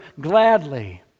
gladly